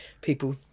People